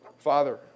Father